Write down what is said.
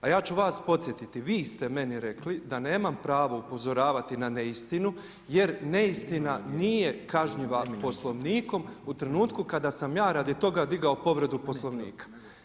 A ja ću vas podsjetiti, vi ste meni rekli da nemam pravo upozoravati na neistinu jer neistina nije kažnjiva Poslovnikom u trenutku kada sam ja radi toga digao povredu Poslovnika.